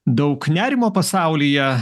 daug nerimo pasaulyje